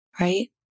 Right